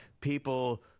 people